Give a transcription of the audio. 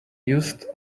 used